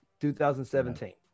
2017